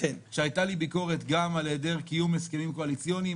כשהייתה לי ביקורת גם על היעדר קיום הסכמים קואליציוניים.